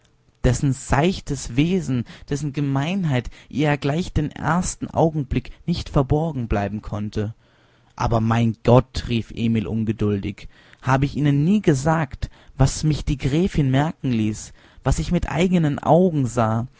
dessen seichtes wesen dessen gemeinheit ihr ja gleich den ersten augenblick nicht verborgen bleiben konnte aber mein gott rief emil ungeduldig habe ich ihnen nie gesagt was mich die gräfin merken ließ was ich mit eigenen augen sah